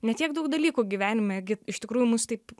ne tiek daug dalykų gyvenime gi iš tikrųjų mus taip